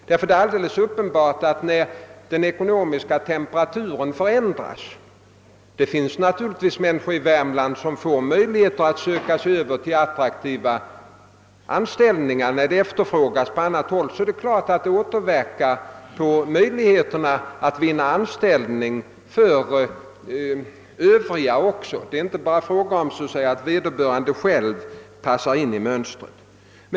Det är nämligen uppenbart att det finns människor i Värmland som, när den ekonomiska temperaturen förändras, får möjlighet att söka sig över till attraktiva anställningar då de efterfrågas på annat håll. Na turligtvis återverkar detta också på möjligheterna för de övriga att vinna anställning. Det är inte bara fråga om att vederbörande själv så att säga passar in i mönstret.